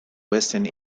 western